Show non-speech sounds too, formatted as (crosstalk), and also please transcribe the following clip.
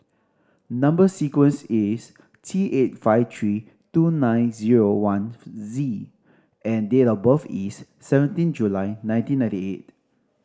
number sequence is T eight five three two nine zero one (unintelligible) Z and date of birth is seventeen July nineteen ninety eight